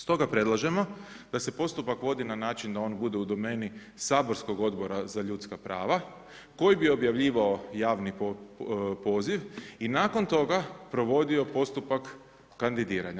Stoga predlažemo da se postupak vodi na način da on bude u domeni saborskog Odbora za ljudska prava koji bi objavljivao javni poziv i nakon toga provodio postupak kandidiranja.